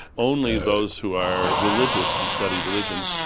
only those who are religious can study religion,